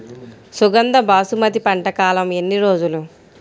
సుగంధ బాసుమతి పంట కాలం ఎన్ని రోజులు?